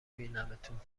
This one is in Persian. بینمتون